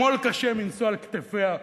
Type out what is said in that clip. הם עול קשה מנשוא על כתפיה,